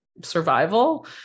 survival